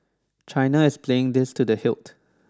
China is playing this to the hilt